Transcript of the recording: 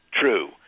true